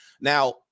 Now